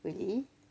really